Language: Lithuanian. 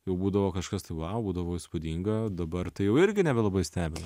jau būdavo kažkas tai vau būdavo įspūdinga dabar tai jau irgi nebelabai stebina